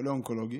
חולה אונקולוגי,